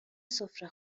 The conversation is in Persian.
سفره